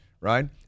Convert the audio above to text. right